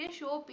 show